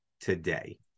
today